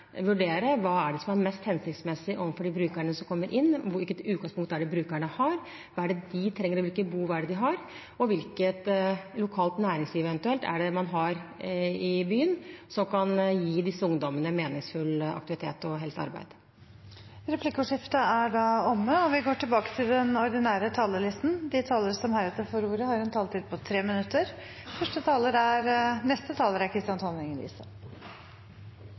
vurdere hva som er mest hensiktsmessig for de brukerne som kommer inn – hvilket utgangspunkt brukerne har, hva de trenger, hvilke behov de har, og hvilket lokalt næringsliv man eventuelt har i byen som kan gi disse ungdommene meningsfylt aktivitet og hjelp til arbeid. Replikkordskiftet er omme. De talere som heretter får ordet, har en taletid på inntil 3 minutter. Over lengre tid har jeg tidvis lurt på hva som er Arbeiderpartiets arbeidspolitikk. Svaret på det fikk jeg da dette representantforslaget om aktivitetsrett og aktivitetsplikt for sosialhjelpsmottakere ble lagt fram. Svaret er